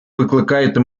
викликайте